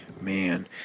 Man